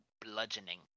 Bludgeoning